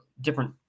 different